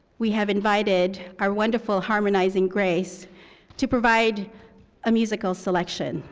we have invited our wonderful harmonizing grace to provide a musical selection.